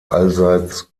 allseits